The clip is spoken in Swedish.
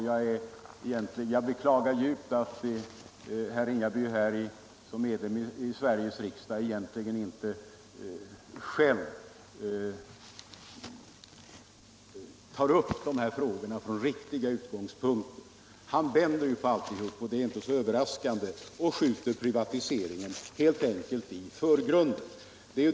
Jag beklagar djupt att ledamoten av Sveriges riksdag herr Ringaby Etableringsregler inte tar upp dessa frågor från riktiga utgångspunkter. Han vänder på alltihop — vilket inte är så överraskande — och skjuter privatiseringen i förgrunden.